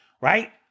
right